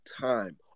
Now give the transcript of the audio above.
time